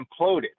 imploded